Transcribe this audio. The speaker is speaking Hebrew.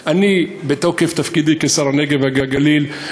בתוקף תפקידי כשר הנגב והגליל,